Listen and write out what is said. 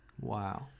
Wow